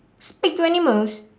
speak to animals